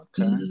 okay